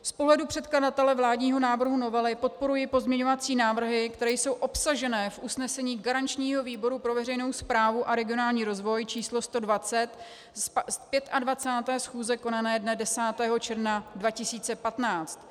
Z pohledu předkladatele vládního návrhu novely podporuji pozměňovací návrhy, které jsou obsaženy v usnesení garančního výboru pro veřejnou správu a regionální rozvoj č. 120 z 25. schůze konané dne 10. června 2015.